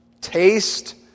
taste